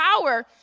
power